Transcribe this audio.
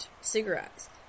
cigarettes